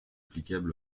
applicables